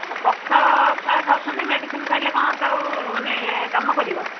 ଆଉ ପଖାଳ ଖାଇବା ଖାଉଛନ୍ତି ମେଡ଼ିସିନ୍ ଖାଇଲେ କ'ଣ ତାକୁ ମାନେ କାମ କରିବ